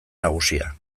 nagusia